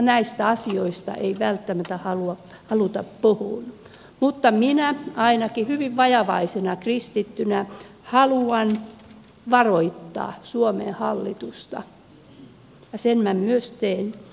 näistä asioista ei välttämättä haluta puhua mutta minä ainakin hyvin vajavaisena kristittynä haluan varoittaa suomen hallitusta ja sen minä myös teen